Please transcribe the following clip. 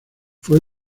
fue